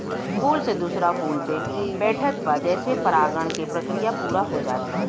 फूल से दूसरा फूल पे बैठत बा जेसे परागण के प्रक्रिया पूरा हो जात बा